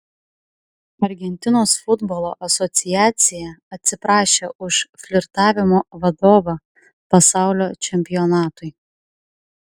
argentinos futbolo asociacija atsiprašė už flirtavimo vadovą pasaulio čempionatui